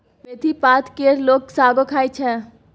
मेथी पात केर लोक सागो खाइ छै